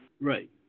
Right